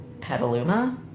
Petaluma